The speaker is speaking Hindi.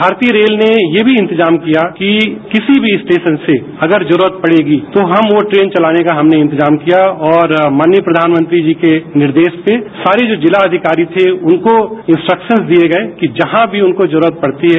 भारतीय रेल ने यह भी इंतेजाम किया कि किसी भी स्टेशन से अगर जरूरत पड़ेगी तो हम वो ट्रेन चलाने के हमने इंतेजाम किया और माननीय प्रधानमंत्री जी के निर्देश पर सारे जो जिला अधिकारी थे उनको इंस्ट्रक्शनंस दिए गए कि जहां भी उनको जरूरत पड़ती है